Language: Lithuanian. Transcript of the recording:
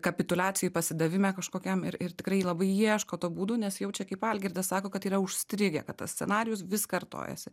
kapituliacijų pasidavime kažkokiam ir ir tikrai labai ieško tų būdų nes jaučia kaip algirdas sako kad tai yra užstrigę kad tas scenarijus vis kartojasi